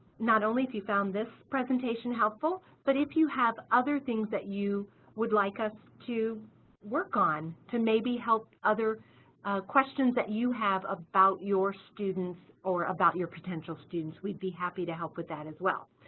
not only if you found this presentation helpful, but if you have other things that you would like us to work on to maybe help other questions that you have about your students or about your potential students. we'd be happy to help with that as well.